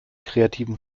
kreativen